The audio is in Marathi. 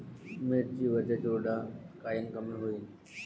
मिरची वरचा चुरडा कायनं कमी होईन?